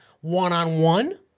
one-on-one